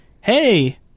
hey